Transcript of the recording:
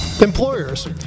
Employers